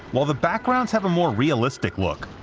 while the backgrounds have a more realistic look.